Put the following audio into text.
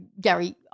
Gary